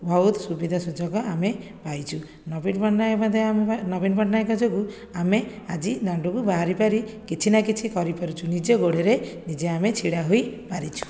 ବହୁତ ସୁବିଧା ସୁଯୋଗ ଆମେ ପାଇଛୁ ନବୀନ ପଟ୍ଟନାୟକ ମଧ୍ୟ ନବୀନ ପଟ୍ଟନାୟକଙ୍କ ଯୋଗୁଁ ଆମେ ଆଜି ଦାଣ୍ଡକୁ ବାହାରି ପାରି କିଛି ନା କିଛି କରିପାରୁଛୁ ନିଜେ ଗୋଡ଼ରେ ନିଜେ ଆମେ ଛିଡ଼ା ହୋଇପାରିଛୁ